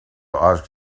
asked